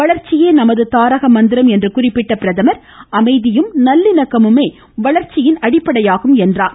வளர்ச்சியே நமது தாரக மந்திரம் என்று குறிப்பிட்ட பிரதமர் அமைதியும் நல்லிணக்கமுமே வளர்ச்சியின் அடிப்படையாகும் என்றார்